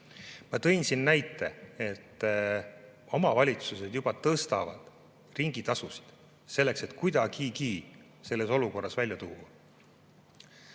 Ma tõin siin näite, et omavalitsused juba tõstavad ringitasusid, selleks et kuidagigi selles olukorras välja tulla. Aga